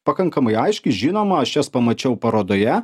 pakankamai aiški žinoma aš jas pamačiau parodoje